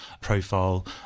profile